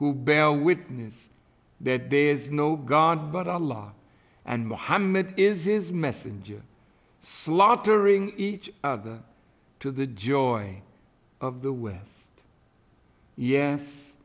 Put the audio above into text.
who bear witness that there is no god but allah and mohammed is is messenger slaughtering each other to the joy of the west yes